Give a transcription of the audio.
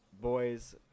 Boys